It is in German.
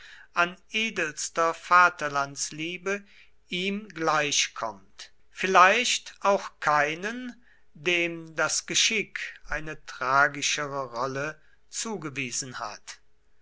an edelster vaterlandsliebe ihm gleich kommt vielleicht auch keinen dem das geschick eine tragischere rolle zugewiesen hat